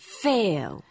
fail